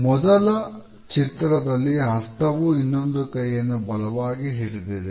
ಮೊದಲ ಚಿತ್ರದಲ್ಲಿಹಸ್ತವೂ ಇನ್ನೊಂದು ಕೈಯನ್ನು ಬಲವಾಗಿ ಹಿಡಿದಿದೆ